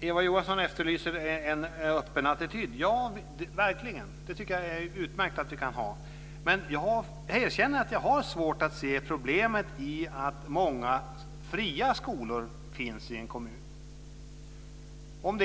Eva Johansson efterlyser en öppen attityd. Ja, jag tycker verkligen att det är utmärkt, men jag erkänner att jag har svårt att se problemet med att det finns många fria skolor i en kommun. Om